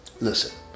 Listen